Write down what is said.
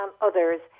others